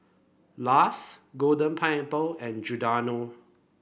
Lush Golden Pineapple and Giordano